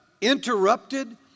interrupted